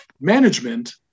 management